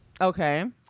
Okay